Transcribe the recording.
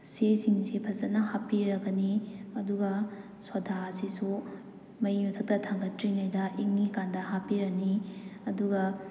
ꯁꯤꯁꯤꯡꯁꯤ ꯐꯖꯅ ꯍꯥꯞꯄꯤꯔꯒꯅꯤ ꯑꯗꯨꯒ ꯁꯣꯗꯥꯁꯤꯁꯨ ꯃꯩ ꯃꯊꯛꯇ ꯊꯥꯡꯒꯠꯇ꯭ꯔꯤꯉꯩꯗ ꯏꯪꯉꯤꯀꯥꯟꯗ ꯍꯥꯞꯄꯤꯔꯅꯤ ꯑꯗꯨꯒ